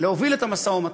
להוביל את המשא-ומתן.